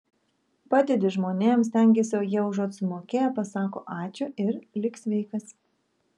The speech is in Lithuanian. padedi žmonėms stengiesi o jie užuot sumokėję pasako ačiū ir lik sveikas